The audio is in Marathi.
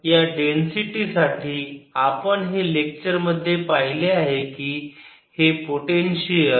तर या डेन्सिटी साठी आपण हे लेक्चर मध्ये पाहिले आहे की हे पोटेन्शियल